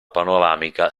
panoramica